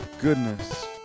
goodness